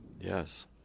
Yes